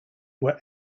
were